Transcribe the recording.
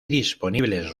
disponibles